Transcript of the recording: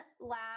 last